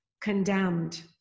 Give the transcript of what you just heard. condemned